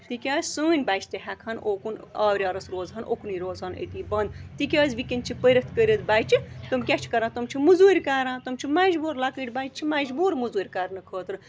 تِکیٛازِ سٲنۍ بَچہٕ تہِ ہٮ۪کہٕ ہَن اوکُن آوریٛارَس روزہن اُکنُے روزہن أتی بنٛد تِکیٛازِ وٕنۍکٮ۪ن چھِ پٔرِتھ کٔرِتھ بَچہٕ تِم کیٛاہ چھِ کران تِم چھِ موٚزوٗرۍ کران تِم چھِ مَجبوٗر لۄکٕٹۍ بَچہٕ چھِ مَجبوٗر موٚزوٗۍ کرنہٕ خٲطرٕ